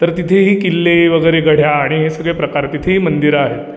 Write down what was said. तर तिथेही किल्ले वगैरे गढ्या आणि हे सगळे प्रकार तिथेही मंदिरं आहेत